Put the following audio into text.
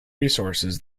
resources